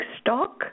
stock